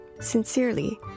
Sincerely